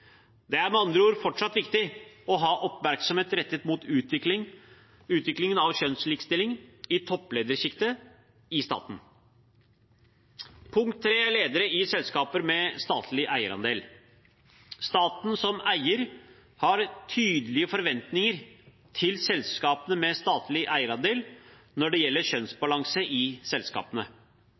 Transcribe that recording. Det er med andre ord fortsatt viktig å ha oppmerksomheten rettet mot utviklingen av kjønnslikestilling i toppledersjiktet i staten. Punkt 3 er ledere i selskaper med statlig eierandel. Staten som eier har tydelige forventninger til selskapene med statlig eierandel når det gjelder kjønnsbalanse i selskapene.